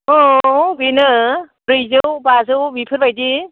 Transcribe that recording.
औ बेनो ब्रैजौ बाजौ बेफोरबायदि